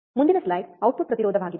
ಮುಂದಿನ slide output ಪ್ರತಿರೋಧವಾಗಿದೆ